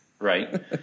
right